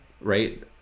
right